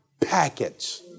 package